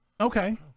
Okay